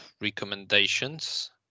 recommendations